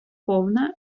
повна